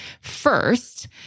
first